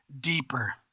deeper